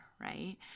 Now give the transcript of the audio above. right